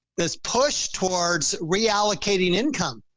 this push towards reallocating income.